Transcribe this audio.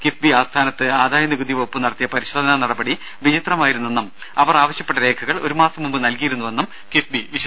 കിഫ്ബി ആസ്ഥാനത്ത് ആദായനികുതി വകുപ്പ് നടത്തിയ പരിശോധന നടപടി വിചിത്രമായിരുന്നെന്നും അവർ ആവശ്യപ്പെട്ട രേഖകൾ ഒരു മാസം മുമ്പ് നൽകിയിരുന്നുവെന്നും കിഫ്ബി വിശദീകരിച്ചു